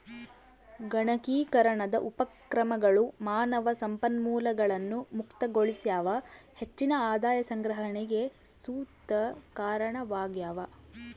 ಗಣಕೀಕರಣದ ಉಪಕ್ರಮಗಳು ಮಾನವ ಸಂಪನ್ಮೂಲಗಳನ್ನು ಮುಕ್ತಗೊಳಿಸ್ಯಾವ ಹೆಚ್ಚಿನ ಆದಾಯ ಸಂಗ್ರಹಣೆಗ್ ಸುತ ಕಾರಣವಾಗ್ಯವ